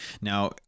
now